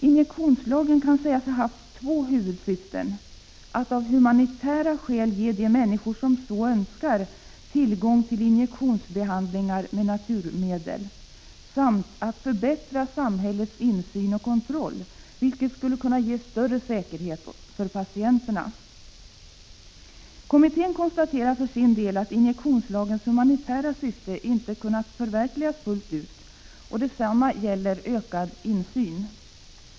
Injektionslagen kan sägas ha haft två huvudsyften: att av humanitära skäl ge de människor, som så önskar, tillgång till injektionsbehandlingar med naturmedel samt att förbättra samhällets insyn och kontroll, vilket skulle kunna ge större säkerhet för patienterna. Kommittén konstaterade för sin del att injektionslagens humanitära syfte inte kunnat förverkligas fullt ut. Detsamma gäller frågan om ökad insyn.